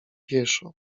pieszo